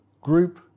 group